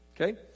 Okay